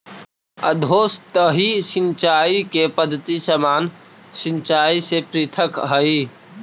अधोसतही सिंचाई के पद्धति सामान्य सिंचाई से पृथक हइ